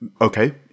okay